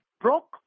broke